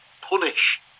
Punish